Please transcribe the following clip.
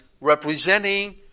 representing